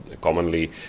commonly